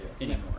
anymore